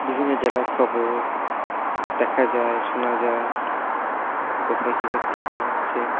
বিভিন্ন জেলার খবর দেখা যায় শোনা যায় কোথায় কি হচ্ছে না হচ্ছে